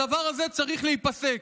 הדבר הזה צריך להיפסק.